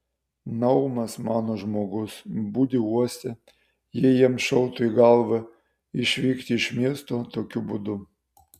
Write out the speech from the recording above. naumas mano žmogus budi uoste jei jiems šautų į galvą išvykti iš miesto tokiu būdu